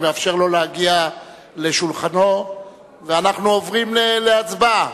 אני מאפשר לו להגיע לשולחנו ואנחנו עוברים להצבעה.